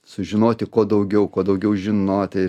sužinoti kuo daugiau kuo daugiau žinoti